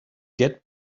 get